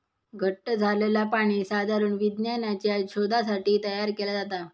घट्ट झालंला पाणी साधारण विज्ञानाच्या शोधासाठी तयार केला जाता